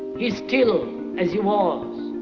is still as he was.